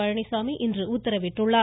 பழனிசாமி இன்று உத்தரவிட்டுள்ளார்